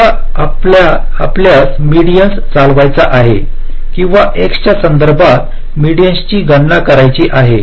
समजा आपल्यास मेडीन्स चालवायचा आहे किंवा x च्या संदर्भात मेडीन्स ची गणना करायची आहे